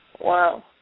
Wow